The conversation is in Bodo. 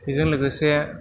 बिजों लोगोसे